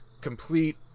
complete